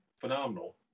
phenomenal